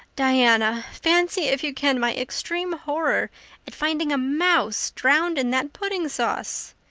diana, fancy if you can my extreme horror at finding a mouse drowned in that pudding sauce!